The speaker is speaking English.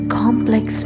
complex